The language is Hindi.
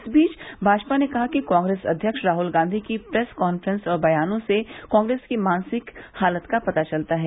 इस बीच भाजपा ने कहा है कि कांग्रेस अध्यक्ष राहुल गांधी की प्रेस काफ्रेंस और बयानों से कांप्रेस की मानसिक हालत का पता चलता है